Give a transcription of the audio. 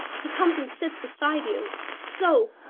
he comes and sits beside you. so.